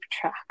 track